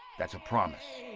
that's a promise.